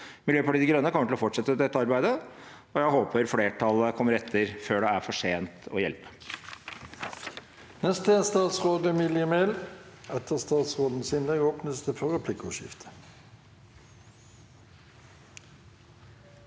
Miljøpartiet De Grønne kommer til å fortsette dette arbeidet, og jeg håper flertallet kommer etter før det er for sent å hjelpe.